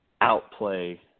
outplay